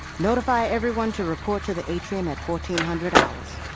notify everyone to report to the atrium at fourteen hundred hours.